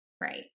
Right